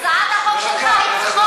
הצעת החוק שלך היא צחוק,